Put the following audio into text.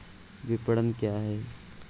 विपणन क्या है?